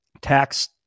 tax